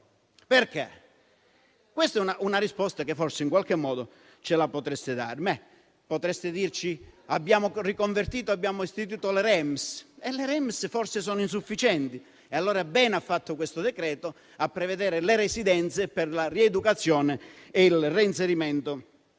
Perché? È una risposta che forse in qualche modo potreste dare. Potreste dire di avere riconvertito e istituito le REMS. Tali strutture forse sono insufficienti e allora bene ha fatto questo decreto a prevedere le residenze per la rieducazione e il reinserimento